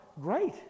great